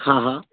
हा हा